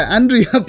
Andrea